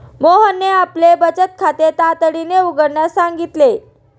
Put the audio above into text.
मोहनने आपले बचत खाते तातडीने उघडण्यास सांगितले